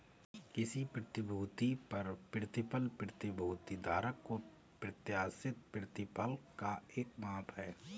किसी प्रतिभूति पर प्रतिफल प्रतिभूति धारक को प्रत्याशित प्रतिफल का एक माप है